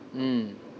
mm